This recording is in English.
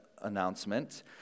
announcement